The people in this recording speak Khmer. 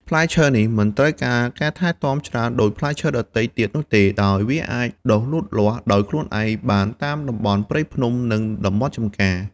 ផ្លែឈើនេះមិនត្រូវការការថែទាំច្រើនដូចផ្លែឈើដទៃទៀតនោះទេ ដោយវាអាចដុះលូតលាស់ដោយខ្លួនឯងបានតាមតំបន់ព្រៃភ្នំ និងតំបន់ចម្ការ។